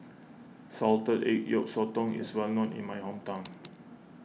Salted Egg Yolk Sotong is well known in my hometown